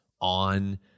On